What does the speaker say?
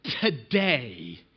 Today